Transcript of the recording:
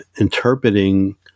interpreting